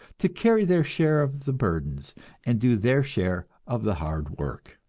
to carry their share of the burdens and do their share of the hard work.